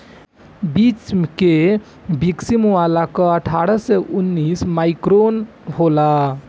बीच के किसिम वाला कअ अट्ठारह से उन्नीस माइक्रोन होला